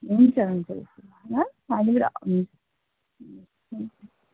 हुन्छ हुन्छ ल ल ल होइन हुन्छ